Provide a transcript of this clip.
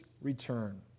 return